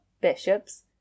Bishop's